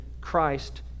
Christ